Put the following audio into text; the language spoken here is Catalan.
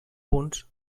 punts